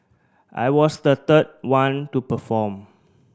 I was the third one to perform